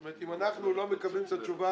זאת אומרת, אם אנחנו לא מקבלים את התשובה,